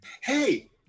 Hey